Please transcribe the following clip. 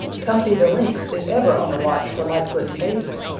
tufty the lynx is ever on the watch for lightfoot's babies.